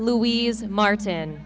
louise martin